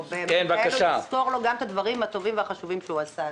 חייבים לזכור לו גם את הדברים הטובים והחשובים שהוא עשה.